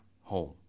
home